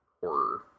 horror